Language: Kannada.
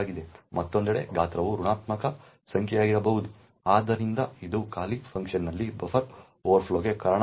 ಮತ್ತೊಂದೆಡೆ ಗಾತ್ರವು ಋಣಾತ್ಮಕ ಸಂಖ್ಯೆಯಾಗಿರಬಹುದು ಆದ್ದರಿಂದ ಇದು ಕಾಲೀ ಫಂಕ್ಷನ್ನಲ್ಲಿ ಬಫರ್ ಓವರ್ಫ್ಲೋಗೆ ಕಾರಣವಾಗಬಹುದು